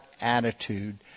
attitude